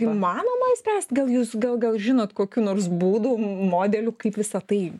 įmanoma išspręsti gal jūs gal gal žinot kokių nors būdų modelių kaip visa tai